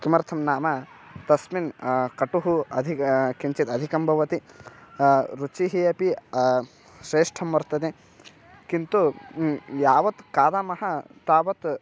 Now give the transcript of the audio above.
किमर्थं नाम तस्मिन् कटुः अधिकः किञ्चिद् अधिकः भवति रुचिः अपि श्रेष्ठा वर्तते किन्तु यावत् खादामः तावत्